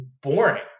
boring